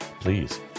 Please